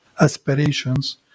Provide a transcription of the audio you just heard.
aspirations